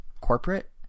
corporate